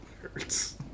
Hurts